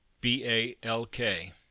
B-A-L-K